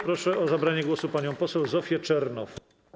Proszę o zabranie głosu panią poseł Zofię Czernow.